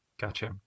Gotcha